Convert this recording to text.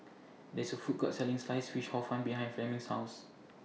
There IS A Food Court Selling Sliced Fish Hor Fun behind Fleming's House